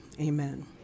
Amen